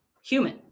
human